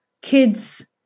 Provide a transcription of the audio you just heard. kids